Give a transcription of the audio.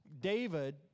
David